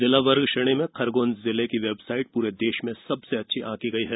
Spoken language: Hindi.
जिला वर्ग श्रेणी में खरगोन जिले की वेबसाईट पूरे देश में सबसे अच्छी आंकी गई है